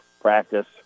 practice